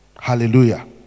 hallelujah